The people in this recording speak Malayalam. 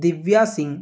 ദിവ്യ സിങ്